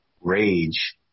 rage